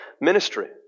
ministry